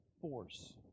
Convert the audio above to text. force